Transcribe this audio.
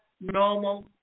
normal